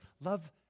love